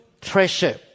treasure